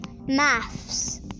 Maths